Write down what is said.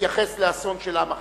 להתייחס לאסון של עם אחר.